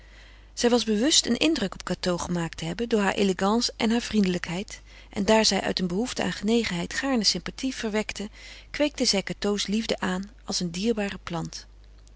zij was bewust een indruk op cateau gemaakt te hebben door haar elegance en haar vriendelijkheid en daar zij uit een behoefte aan genegenheid gaarne sympathie verwekte kweekte zij cateau's liefde aan als een dierbare plant